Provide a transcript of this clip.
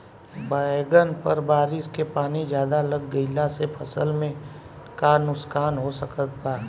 बैंगन पर बारिश के पानी ज्यादा लग गईला से फसल में का नुकसान हो सकत बा?